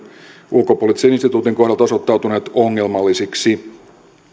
ulkopoliittisen instituutin kohdalta osoittautuneet ongelmallisiksi